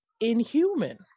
inhuman